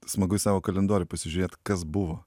smagu į savo kalendorių pasižiūrėt kas buvo